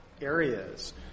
areas